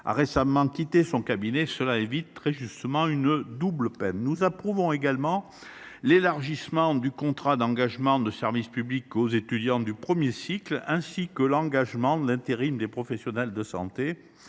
a récemment quitté son cabinet. Cela leur évite très justement une double peine. Nous approuvons également l’élargissement du contrat d’engagement de service public aux étudiants du premier cycle, ainsi que l’encadrement de l’intérim des professionnels de santé.